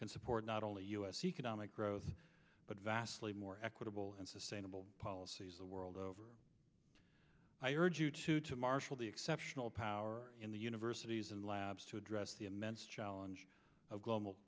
can support not only u s economic growth but vastly more equitable and sustainable policies the world i urge you to to marshal the exceptional power in the universities and labs to address the immense challenge of global